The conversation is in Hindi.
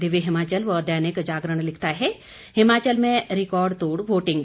दिव्य हिमाचल व दैनिक जागरण लिखता है हिमाचल में रिकॉर्डतोड़ वोटिंग